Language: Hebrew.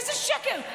איזה שקר.